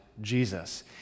Jesus